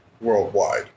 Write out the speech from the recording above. worldwide